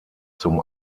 zum